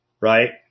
right